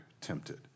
tempted